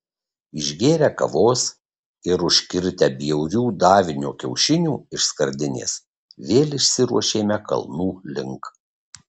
išgėrę kavos ir užkirtę bjaurių davinio kiaušinių iš skardinės vėl išsiruošėme kalnų link